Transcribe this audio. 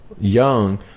young